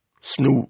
Snoop